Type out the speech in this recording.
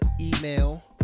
email